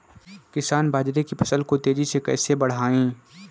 किसान बाजरे की फसल को तेजी से कैसे बढ़ाएँ?